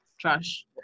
trash